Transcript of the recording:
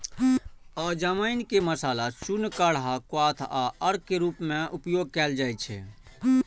अजवाइन के मसाला, चूर्ण, काढ़ा, क्वाथ आ अर्क के रूप मे उपयोग कैल जाइ छै